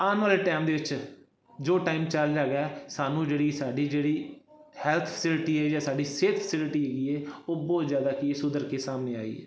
ਆਉਣ ਵਾਲੇ ਟਾਈਮ ਦੇ ਵਿੱਚ ਜੋ ਟਾਈਮ ਚੱਲਦਾ ਹੈਗਾ ਸਾਨੂੰ ਜਿਹੜੀ ਸਾਡੀ ਜਿਹੜੀ ਹੈਲਥ ਫੈਸਿਲਿਟੀ ਹੈ ਜਾਂ ਸਾਡੀ ਸਿਹਤ ਫਸਿਲਟੀ ਹੈਗੀ ਹੈ ਉਹ ਬਹੁਤ ਜ਼ਿਆਦਾ ਕੀ ਸੁਧਰ ਕੇ ਸਾਹਮਣੇ ਆਈ ਹੈ